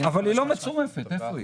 אבל היא לא מצורפת, איפה היא?